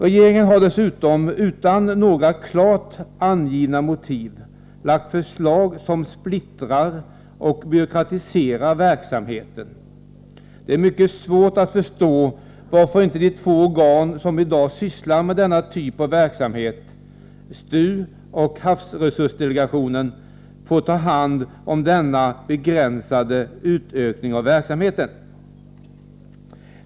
Regeringen har dessutom, utan några klart angivna motiv, lagt förslag som splittrar och byråkratiserar verksamheten. Det är mycket svårt att förstå varför inte de två organ som i dag sysslar med denna typ av verksamhet - STU och havsresursdelegationen — får ta hand om denna begränsade utökning av verksamheten.